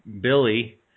Billy